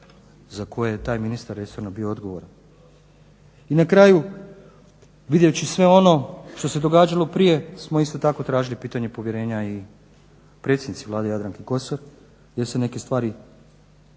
za koje je taj ministar resorno bio odgovoran. I na kraju vidjevši sve ono što se događalo prije smo isto tako tražili pitanje povjerenja i predsjednici Vlade Jadranke Kosor jer se neke stvari